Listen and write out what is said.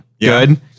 Good